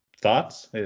Thoughts